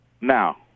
Now